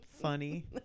funny